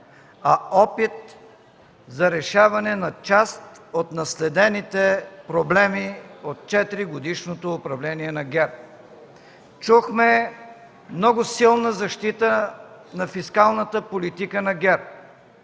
а опит за решаване на част от наследените проблеми от 4-годишното управление на ГЕРБ. Чухме много силна защита на фискалната политика на ГЕРБ.